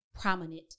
prominent